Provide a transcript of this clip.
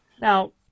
Now